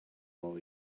all